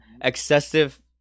Excessive